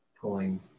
pulling